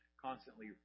constantly